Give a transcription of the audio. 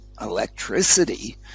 electricity